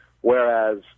whereas